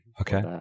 Okay